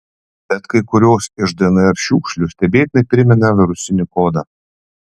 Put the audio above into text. bet kai kurios iš dnr šiukšlių stebėtinai primena virusinį kodą